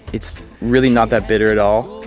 it's really not that bitter at all.